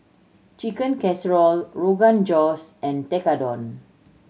Chicken Casserole Rogan Josh and Tekkadon